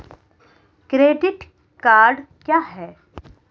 Credit card क्या है?